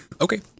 Okay